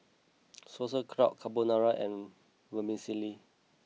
Sauerkraut Carbonara and Vermicelli